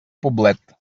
poblet